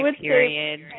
period